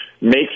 make